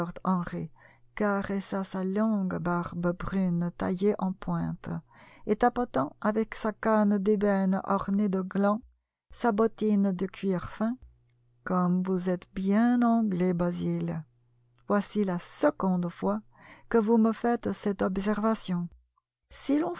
henry caressa sa longue barbe brune taillée en pointe et tapotant avec sa canne d'ébène ornée de glands sa bottine de cuir fin gomme vous êtes bien anglais basil voici la seconde fois que vous me faites cette observation